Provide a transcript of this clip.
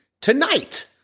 tonight